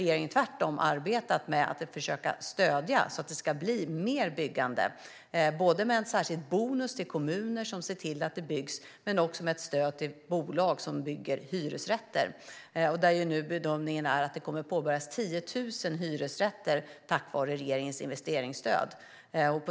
Regeringen har tvärtom arbetat med att försöka stödja ökat byggande, både med en särskild bonus till kommuner som ser till att det byggs och med ett stöd till bolag som bygger hyresrätter. Bedömningen är nu att det kommer att påbörjas 10 000 hyresrätter tack vare regeringens investeringsstöd.